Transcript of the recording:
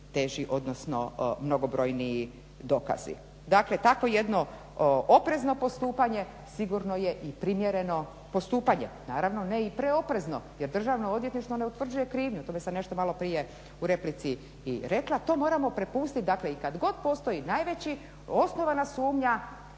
odnosno mnogobrojniji dokazi. Dakle takvo jedno oprezno postupanje sigurno je i primjereno postupanje, naravno ne i preoprezno jer Državno odvjetništvo ne utvrđuje krivnju, o tome sam nešto malo prije u replici i rekli, to moramo prepustit dakle i kad god postoji najveći, osnovana sumnja,